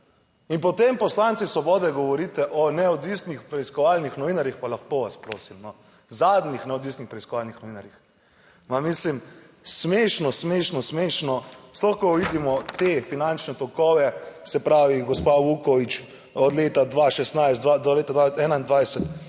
In potem poslanci Svobode govorite o neodvisnih preiskovalnih novinarjih. Pa lepo vas prosim, no, zadnjih neodvisnih preiskovalnih novinarjih. Ma, mislim, smešno, smešno, smešno, sploh ko vidimo te finančne tokove, se pravi, gospa Vukovič od leta 2016 do leta 2021